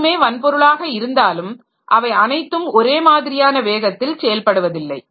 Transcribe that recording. அனைத்துமே வன்பொருளாக இருந்தாலும் அவை அனைத்தும் ஒரே மாதிரியான வேகத்தில் செயல்படுவதில்லை